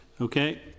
Okay